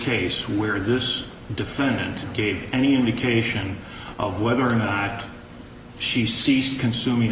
case where this defendant gave any indication of whether or not she ceased consum